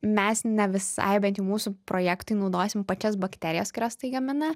mes ne visai bent jau mūsų projektui naudosim pačias bakterijas kurios tai gamina